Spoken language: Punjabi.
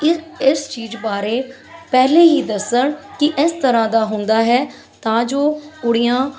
ਇਹ ਇਸ ਚੀਜ਼ ਬਾਰੇ ਪਹਿਲਾਂ ਹੀ ਦੱਸਣ ਕਿ ਇਸ ਤਰ੍ਹਾਂ ਦਾ ਹੁੰਦਾ ਹੈ ਤਾਂ ਜੋ ਕੁੜੀਆਂ